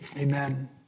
Amen